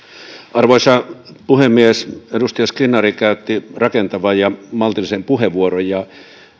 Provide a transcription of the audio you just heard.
arvoisa puhemies edustaja skinnari käytti rakentavan ja maltillisen puheenvuoron ja